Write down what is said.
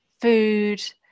food